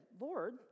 Lord